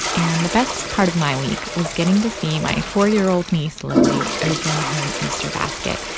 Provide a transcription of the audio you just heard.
and the best part of my week was getting to see my four year old niece lily open her easter basket,